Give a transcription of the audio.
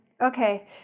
okay